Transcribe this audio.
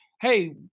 hey